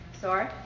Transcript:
Sorry